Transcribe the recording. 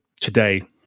today